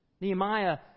Nehemiah